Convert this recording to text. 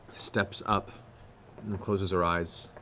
steps up and closes her eyes.